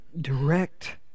direct